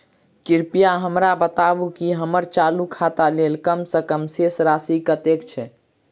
कृपया हमरा बताबू की हम्मर चालू खाता लेल कम सँ कम शेष राशि कतेक छै?